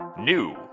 New